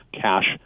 cash